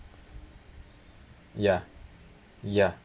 ya ya